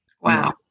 Wow